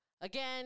Again